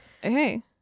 hey